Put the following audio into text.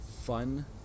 fun